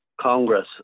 Congress